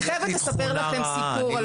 אני